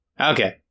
Okay